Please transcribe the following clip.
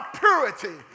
purity